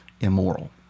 immoral